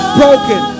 broken